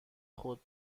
خود